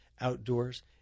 outdoors